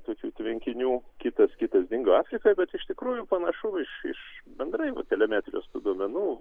tokių tvenkinių kitas kitas dingo afrikoj bet iš tikrųjų panašu iš iš bendrai telemetrijos duomenų